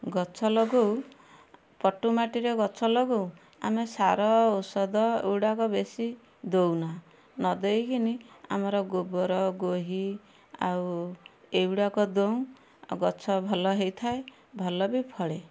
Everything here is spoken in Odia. ଗଛ ଲଗାଉ ପଟୁ ମାଟିରେ ଗଛ ଲଗାଉ ଆମେ ସାର ଔଷଧ ଏଗୁଡ଼ାକ ବେଶୀ ଦେଉନା ନ ଦେଇକିନି ଆମର ଗୋବର ଗୋହି ଆଉ ଏଇଗୁଡ଼ାକ ଦଉ ଆଉ ଗଛ ଭଲ ହେଇଥାଏ ଭଲ ବି ଫଳେ